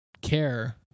care